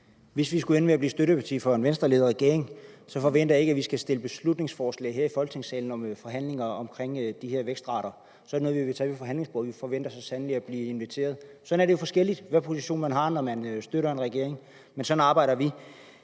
Hvis vi skulle ende med at blive støtteparti for en Venstreledet regering, forventer jeg ikke, at vi skal fremsætte beslutningsforslag her i Folketingssalen om forhandlinger om de her vækstrater. Så er det noget, vi vil tage ved forhandlingsbordet. Vi forventer så sandelig at blive inviteret. Sådan er det jo forskelligt, hvilken position man har, når man støtter en regering, men sådan arbejder vi.